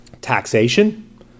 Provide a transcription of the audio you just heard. Taxation